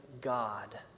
God